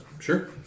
Sure